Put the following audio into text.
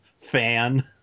fan